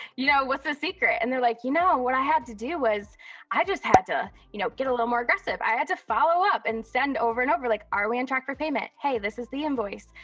you know, what's the secret? and they're like, you know, what i had to do was i just had to you know get a little more aggressive i had to follow up and send over and over, like are we on track for payment? hey, this is the invoice.